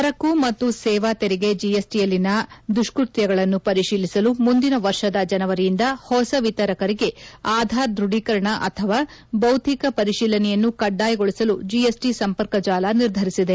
ಸರಕು ಮತ್ತು ಸೇವಾ ತೆರಿಗೆ ಜಿಎಸ್ಟಯಲ್ಲಿನ ದುಷ್ನತ್ನಗಳನ್ನು ಪರಿಶೀಲಿಸಲು ಮುಂದಿನ ವರ್ಷದ ಜನವರಿಯಿಂದ ಹೊಸ ವಿತರಕರಿಗೆ ಆಧಾರ್ ದ್ವಢೀಕರಣ ಅಥವಾ ಭೌತಿಕ ಪರಿಶೀಲನೆಯನ್ನು ಕಡ್ಡಾಯಗೊಳಿಸಲು ಜಿಎಸ್ಟಿ ಸಂಪರ್ಕಜಾಲ ನಿರ್ಧರಿಸಿದೆ